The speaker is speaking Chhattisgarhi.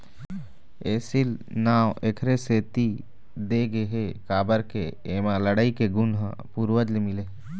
एसील नांव एखरे सेती दे गे हे काबर के एमा लड़ई के गुन ह पूरवज ले मिले हे